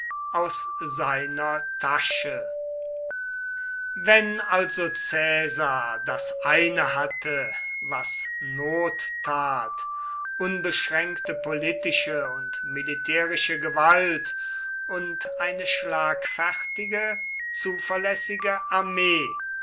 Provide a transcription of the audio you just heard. beweis ab wenn also caesar das eine hatte was not tat unbeschränkte politische und militärische gewalt und eine schlagfertige zuverlässige armee